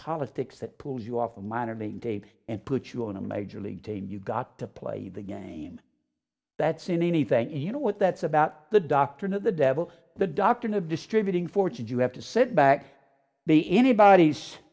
politics that pulls you off a minor league and put you on a major league team you've got to play the game that's in anything you know what that's about the doctrine of the devil the doctrine of distributing fortune you have to sit back be anybody's